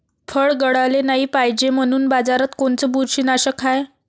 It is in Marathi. फळं गळाले नाही पायजे म्हनून बाजारात कोनचं बुरशीनाशक हाय?